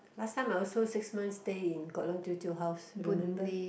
last time I also six month stay in Kok-Leong 舅舅 house you remember